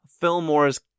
Fillmore's